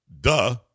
Duh